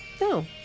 No